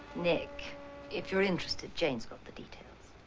nick if you're interested jane's got the details